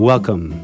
Welcome